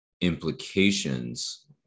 implications